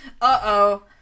Uh-oh